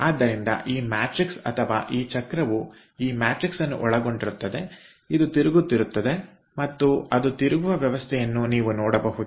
ಆದ್ದರಿಂದ ಈ ಮ್ಯಾಟ್ರಿಕ್ಸ್ ಅಥವಾ ಈ ಚಕ್ರವು ಈ ಮ್ಯಾಟ್ರಿಕ್ಸ್ ಅನ್ನು ಒಳಗೊಂಡಿರುತ್ತದೆ ಇದು ತಿರುಗುತ್ತಿರುತ್ತದೆ ಮತ್ತು ಅದು ತಿರುಗುವ ವ್ಯವಸ್ಥೆಯನ್ನು ನೀವು ನೋಡಬಹುದು